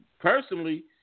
Personally